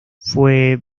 fue